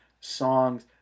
songs